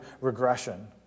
regression